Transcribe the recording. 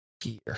gear